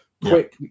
quick